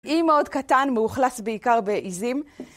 אי מאד קטן, מאוכלס בעיקר בעיזים.